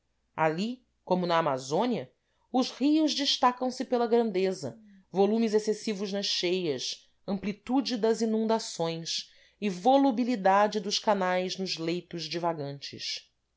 ali como na amazônia os rios destacam se pela grandeza volumes excessivos nas cheias amplitude das inundações e volubilidade dos canais nos leitos divagantes